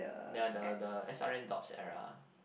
ya the the S_R_N dopes era